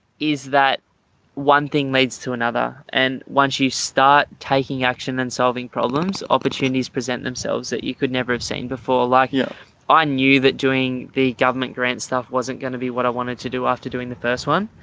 is that one thing leads to another and once you start taking action and solving problems, opportunities present themselves that you could never have seen before. like i knew that doing the government grant stuff wasn't going to be what i wanted to do after doing the first one,